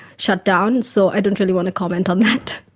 shut-down, so i don't really want to comment on that.